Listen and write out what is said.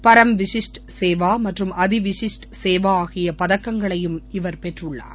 பரம் விசிஸ்ட் சேவர் மற்றும் அதிவிசிஸ்ட் சேவா ஆகிய பதக்கங்களையும் இவர் பெற்றுள்ளார்